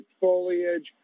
foliage